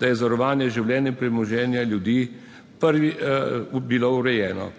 da je zavarovanje življenja in premoženja ljudi bilo urejeno.